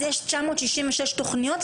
יש 966 תוכניות,